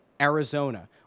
Arizona